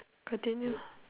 continue